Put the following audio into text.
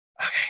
Okay